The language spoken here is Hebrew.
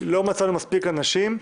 לא מצאנו מספיק אנשים,